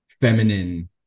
feminine